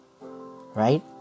right